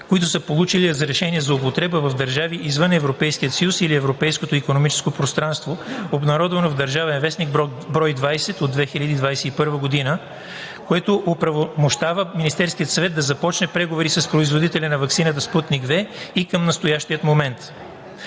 които са получили разрешение за употреба в държави извън Европейския съюз или Европейското икономическо пространство (обн., ДВ, бр. 20 от 2021 г.), което оправомощава Министерският съвет да започне преговори с производителя на ваксината „Спутник V“ и към настоящия момент.